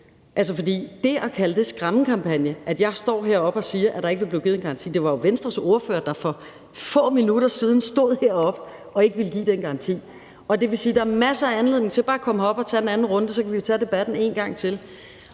Man kalder det en skræmmekampagne, at jeg står heroppe og siger, at der ikke vil blive givet en garanti. Det var jo Venstres ordfører, der for få minutter siden stod heroppe og ikke ville give den garanti. Det vil sige, der er masser af anledning til bare at komme herop og tage en anden runde, og så kan vi tage debatten en gang til.